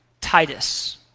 Titus